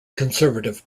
conservative